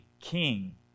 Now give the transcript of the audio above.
king